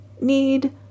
need